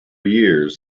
years